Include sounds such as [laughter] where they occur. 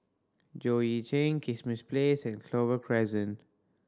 Joo Yee [unintelligible] Kismis Place and Clover Crescent